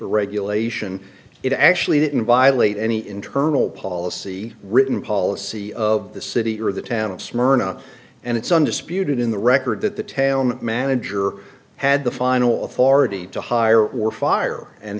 regulation it actually didn't violate any internal policy written policy of the city or the town of smyrna and it's undisputed in the record that the town manager had the final authority to hire or fire and